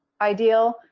ideal